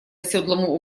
оседлому